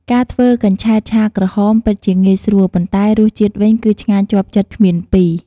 ការធ្វើកញ្ឆែតឆាក្រហម ពិតជាងាយស្រួល ប៉ុន្តែរសជាតិវិញគឺឆ្ងាញ់ជាប់ចិត្តគ្មានពីរ។